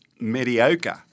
mediocre